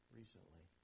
recently